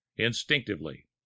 instinctively